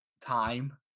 time